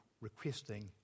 requesting